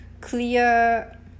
clear